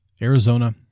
Arizona